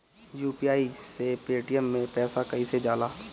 UPI से Paytm मे पैसा कइसे जाला?